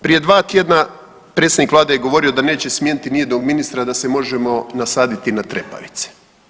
Prije 2 tjedna predsjednik Vlade je govorio da neće smijeniti nijednog ministra, da se možemo nasaditi na trepavice.